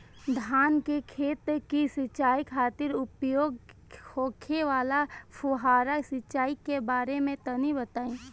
धान के खेत की सिंचाई खातिर उपयोग होखे वाला फुहारा सिंचाई के बारे में तनि बताई?